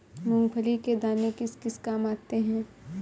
मूंगफली के दाने किस किस काम आते हैं?